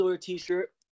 t-shirt